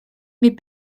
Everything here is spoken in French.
mais